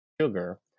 sugar